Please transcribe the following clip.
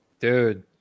dude